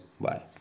Bye